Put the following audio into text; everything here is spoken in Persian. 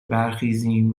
برخیزیم